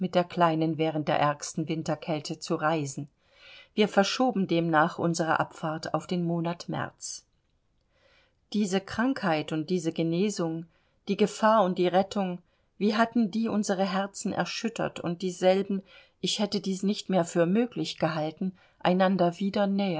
der kleinen während der ärgsten winterkälte zu reisen wir verschoben demnach unsere abfahrt auf den monat märz diese krankheit und diese genesung die gefahr und die rettung wie hatten die unsere herzen erschüttert und dieselben ich hätte dies nicht mehr für möglich gehalten einander wieder näher